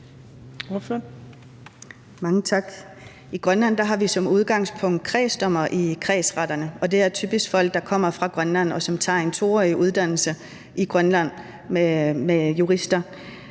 Mange tak. I Grønland har vi som udgangspunkt kredsdommere i kredsretterne, og det er typisk folk, som kommer fra Grønland, og som tager en 2-årig uddannelse i Grønland med jurister.